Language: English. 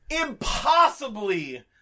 Impossibly